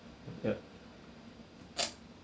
yup